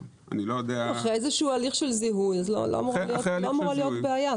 --- אחרי הליך של זיהוי לא אמורה להיות בעיה.